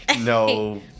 no